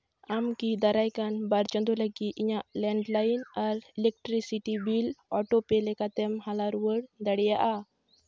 ᱟᱢ ᱠᱤ ᱫᱟᱨᱟᱭᱠᱟᱱ ᱵᱟᱨ ᱪᱟᱸᱫᱚ ᱞᱟᱹᱜᱤᱫ ᱤᱧᱟᱜ ᱞᱮᱱᱰᱞᱟᱭᱤᱱ ᱟᱨ ᱤᱞᱮᱠᱴᱨᱤᱠᱥᱤᱴᱤ ᱵᱤᱞ ᱚᱴᱳᱯᱮ ᱞᱮᱠᱟᱛᱮᱢ ᱦᱟᱞᱟ ᱨᱩᱣᱟᱹᱲ ᱫᱟᱲᱮᱭᱟᱜᱼᱟ